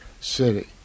City